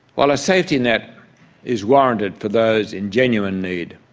while a safety net is warranted for those in genuine need,